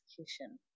execution